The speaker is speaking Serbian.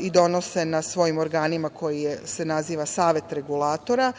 i donose na svojim organima koji se naziva Savet regulatora.